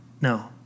no